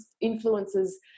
influences